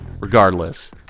regardless